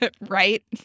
Right